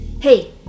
hey